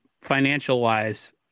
financial-wise